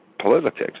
politics